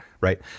right